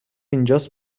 اینجاست